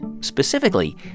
specifically